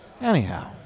anyhow